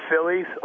Phillies